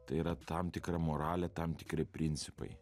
tai yra tam tikra moralė tam tikri principai